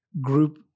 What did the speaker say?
group